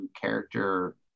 character